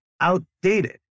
outdated